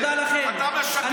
תודה לכם.